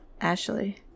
Ashley